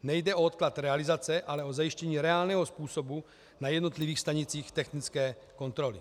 Nejde o odklad realizace, ale o zajištění reálného způsobu na jednotlivých stanicích technické kontroly.